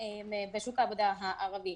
בשוק העבודה הערבי.